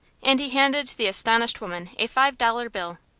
and he handed the astonished woman a five-dollar bill.